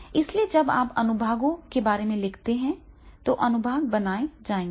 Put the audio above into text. इसलिए जब आप अनुभागों के बारे में लिखते हैं तो अनुभाग बनाए जाएंगे